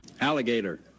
Alligator